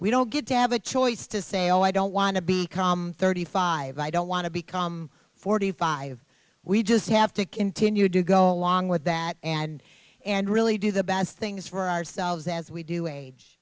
we don't get to have a choice to say oh i don't want to be calm thirty five i don't want to become forty five we just have to continue to go along with that and and really do the best things for ourselves as we do age